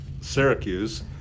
Syracuse